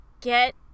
get